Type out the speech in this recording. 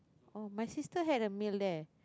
oh my sister had a meal there